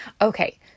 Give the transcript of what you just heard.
Okay